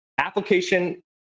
application